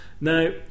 Now